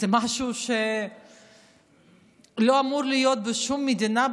זה משהו שלא אמור להיות בשום מדינה,